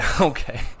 Okay